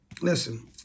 Listen